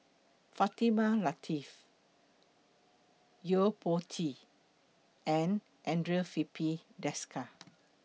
Fatimah Lateef Yo Po Tee and Andre Filipe Desker